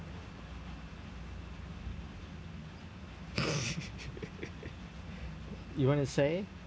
you want to say